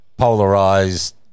Polarized